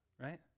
right